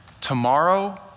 Tomorrow